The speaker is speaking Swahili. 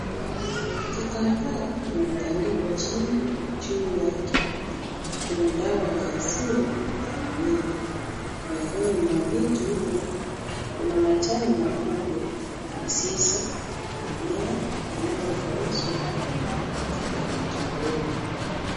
Kitambaa kimetandikwa chini na juu yake kuna dawa ya asili ya mimea. Miongoni mwa vitu hivyo kuna majani makubwa, mizizi, mimea inayokaushwa na chupa ya kiowevu.